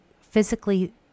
physically